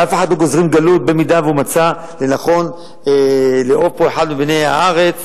על אף אחד לא גוזרים גלות במידה שהוא מצא לנכון לאהוב פה אחד מבני הארץ,